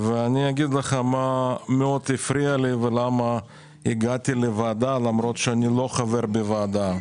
ולהגיד מה מפריע לי ולמה הגעתי לוועדה למרות שאני לא חבר בוועדה.